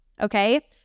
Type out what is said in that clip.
okay